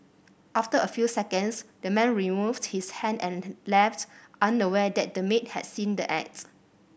after a few seconds the man removed his hand and left unaware that the maid had seen the acts